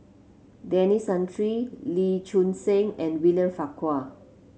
Denis Santry Lee Choon Seng and William Farquhar